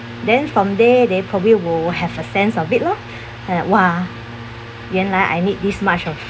then from there they probably will have a sense of it lor !wah! yuan lai I need this much of